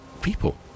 people